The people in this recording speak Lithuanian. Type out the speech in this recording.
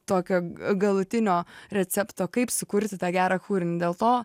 tokio galutinio recepto kaip sukurti tą gerą kūrinį dėl to